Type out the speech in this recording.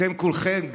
אתם כולכם,